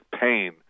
pain